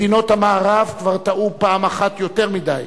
מדינות המערב כבר טעו פעם אחת יותר מדי,